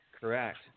Correct